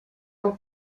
del